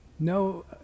no